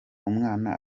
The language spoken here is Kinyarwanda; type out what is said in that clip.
umwana